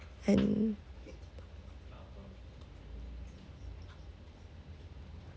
and